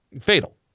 fatal